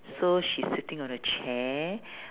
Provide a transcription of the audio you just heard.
so she's sitting on a chair